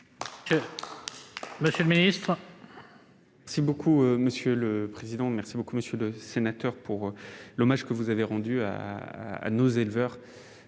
monsieur le ministre,